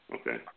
Okay